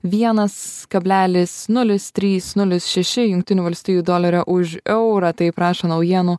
vienas kablelis nulis trys nulis šeši jungtinių valstijų dolerio už eurą taip rašo naujienų